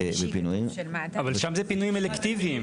אבל שם זה פינויים אלקטיביים.